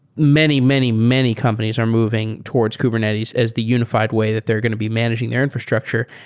many, many, many companies are moving towards kubernetes as the unified way that they're going to be managing their infrastructure.